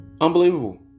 Unbelievable